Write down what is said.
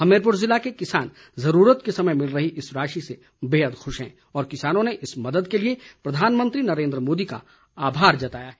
हमीरपुर ज़िले के किसान जरूरत के समय मिल रही इस राशि से बेहद खूश हैं और किसानों ने इस मदद के लिए प्रधानमंत्री नरेंद्र मोदी का आभार जताया है